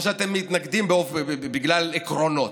או שאתם מתנגדים בגלל עקרונות.